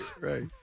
right